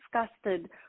disgusted